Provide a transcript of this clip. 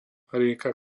rieka